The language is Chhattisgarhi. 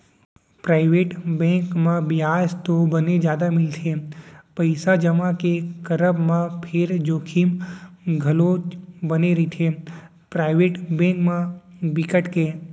पराइवेट बेंक म बियाज तो बने जादा मिलथे पइसा जमा के करब म फेर जोखिम घलोक बने रहिथे, पराइवेट बेंक म बिकट के